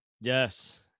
Yes